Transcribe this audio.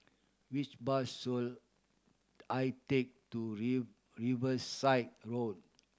which bus should I take to leave Riverside Road